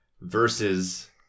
versus